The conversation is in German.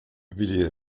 willy